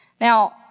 Now